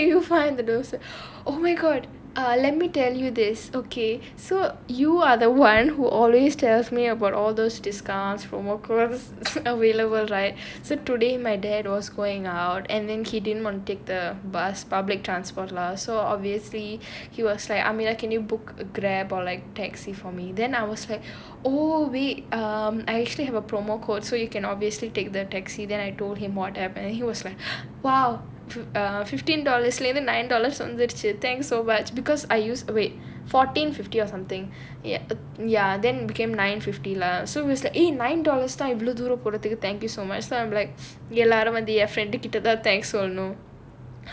and where do you find the deuce oh my god err let me tell you this okay so you are the [one] who always tells me about all those discounts from workers available right so today my dad was going out and then he didn't want to take the bus public transport lah so obviously he was like amir can you book a Grab or like taxi for me then I will speak all the I actually have a promo code so you can obviously take the taxi then I told him whatever he was like !wow! for fifteen dollars leh இருந்து:irunthu nine dollars வந்துருச்சு:vanthuruchu thank so much because I use wait fourteen fifty or something ya ya then became nine fifty lah so was the eh nine dollars தான் இவ்ளோ தூரம் போனதுக்கு:thaan ivlo thooram ponathukku thank you so much I'm like எல்லாரும் வந்து என்:ellaarum vanthu en friend கிட்ட தான்:kitta thaan thanks சொல்லனும்:sollanum